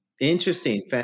Interesting